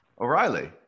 O'Reilly